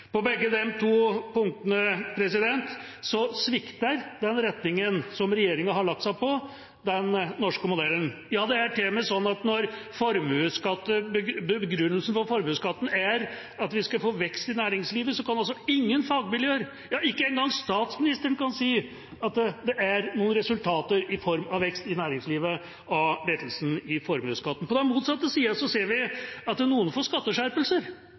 På begge disse punktene svikter den retningen som regjeringa har lagt seg på, den norske modellen. Det er til og med slik at når begrunnelsen for lettelse i formuesskatten er at vi skal få vekst i næringslivet, kan ingen fagmiljøer – ikke engang statsministeren – si at det er noen resultater i form av vekst i næringslivet som følge av lettelse i formuesskatten. På den motsatte sida ser vi at noen får skatteskjerpelser